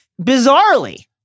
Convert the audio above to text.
Bizarrely